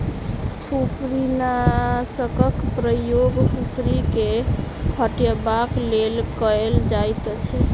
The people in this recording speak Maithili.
फुफरीनाशकक प्रयोग फुफरी के हटयबाक लेल कयल जाइतअछि